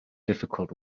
difficult